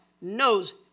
knows